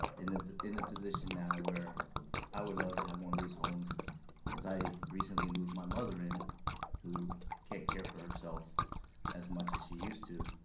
in ah in a position now where i would love to have one of these homes as i recently moved my mother in who can't care for herself as much as she used to,